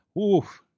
oof